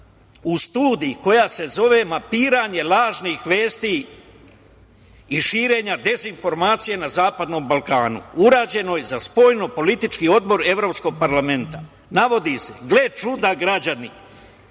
u studiji koja se zove „Mapiranje lažnih vesti i širenja dezinformacija na zapadnom Balkanu“, urađenoj za Spoljnopolitički odbor Evropskog parlamenta navodi se, navodi se: „Gle čuda, građani“,